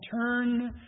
turn